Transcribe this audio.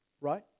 right